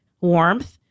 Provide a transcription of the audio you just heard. warmth